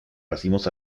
racimos